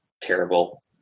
terrible